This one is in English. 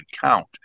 count